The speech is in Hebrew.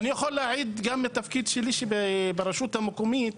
אני יכול להעיד גם מתפקיד שלי ברשות מקומית